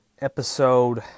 episode